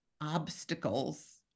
obstacles